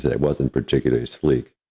it wasn't particularly sleek.